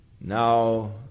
Now